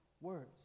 words